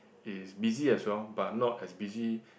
is busy as well but not as busy